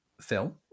film